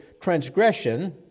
transgression